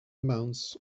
amounts